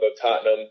Tottenham